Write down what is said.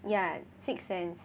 ya sixth sense